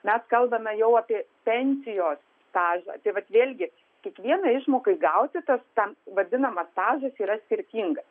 mes kalbame jau apie pensijos stažą tai vat vėlgi kiekvienai išmokai gauti tas tam vadinamas stažas yra skirtingas